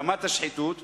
ברמת השחיתות,